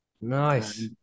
Nice